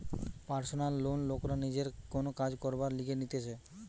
personal loan লোকরা নিজের কোন কাজ করবার লিগে নিতেছে